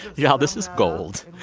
y'all, this is gold.